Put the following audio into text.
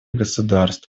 государств